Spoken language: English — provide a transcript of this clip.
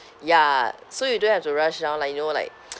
ya so you don't have to rush down like you know like